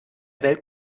welt